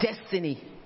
destiny